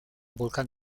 volcán